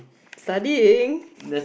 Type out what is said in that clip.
studying